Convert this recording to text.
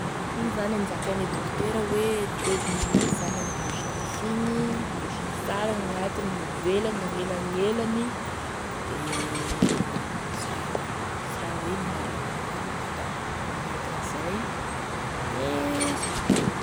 Igny zany e zakaine dokotera hoe telo minitry zany e miborosy nify igny, borosogny sara gn'agnatiny, gn'ivelany, gn'agnelagnelany, de zay, sy raha hoe mila raha maro, fa da magnaraka an'izay de zay.